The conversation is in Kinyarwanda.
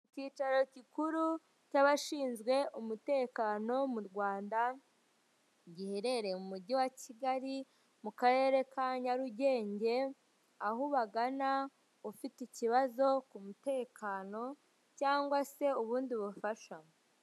Icyicaro gikuru cy'abashinzwe umutekano mu Rwanda giherereye mu mujyi wa kigali mu karere ka Nyarugenge, aho ubagana ufite ikibazo ku mutekano cyangwa se ubundi bufasha.